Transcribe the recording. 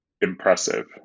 impressive